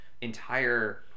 Entire